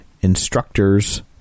instructors